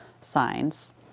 signs